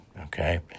okay